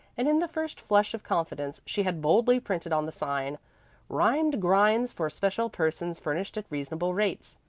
and in the first flush of confidence she had boldly printed on the sign rhymed grinds for special persons furnished at reasonable rates.